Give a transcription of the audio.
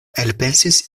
elpensis